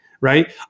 right